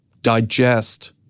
digest